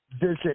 visit